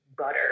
butter